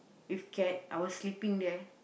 with cat I was sleeping there